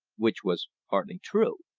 which was partly true.